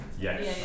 Yes